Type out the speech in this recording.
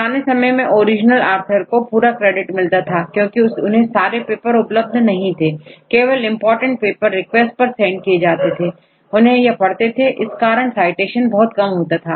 पुराने समय में ओरिजिनल ऑथर को पूरा क्रेडिट मिलता था क्योंकि उन्हें सारे पेपर उपलब्ध नहीं थे केवल इंपोर्टेंट पेपर रिक्वेस्ट पर सेंड किए जाते थे उन्हें यह पढ़ते थे इस कारण साइटेशन बहुत कम होता था